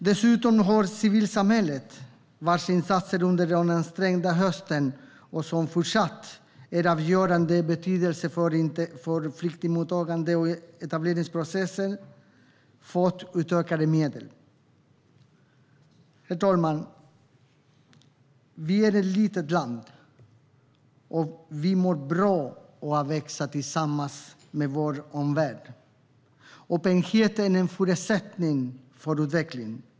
Dessutom har civilsamhället, vars insatser under den ansträngda hösten och fortsatt är av avgörande betydelse för flyktingmottagandet och etableringsprocessen, fått utökade medel. Herr talman! Vi är ett litet land, och vi mår bra av att växa tillsammans med vår omvärld. Öppenhet är en förutsättning för utveckling.